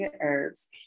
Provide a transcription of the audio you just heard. herbs